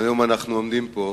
והיום אנחנו עומדים פה